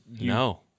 no